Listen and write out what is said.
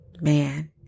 man